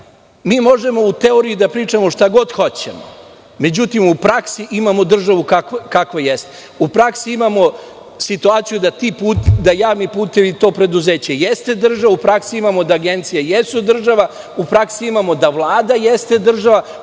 Mi možemo u teoriji da pričamo šta god hoćemo. Međutim, u praksi imamo državu kakva jeste. U praksi imamo situaciju da to javno preduzeće jeste država, u praksi imamo da agencije jesu država, u praksi imamo da Vlada jeste država,